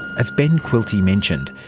as ben quilty mentioned,